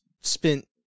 spent